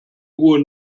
ruhe